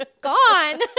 gone